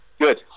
good